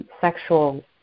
sexual